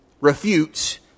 refutes